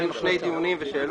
היו שני דיונים ושאלות.